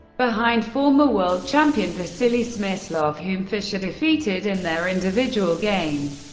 behind former world champion vasily smyslov, whom fischer defeated in their individual game.